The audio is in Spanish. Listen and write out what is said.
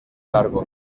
largo